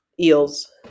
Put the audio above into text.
Eels